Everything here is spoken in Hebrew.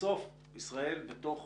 בסוף ישראל בתוך